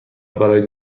برای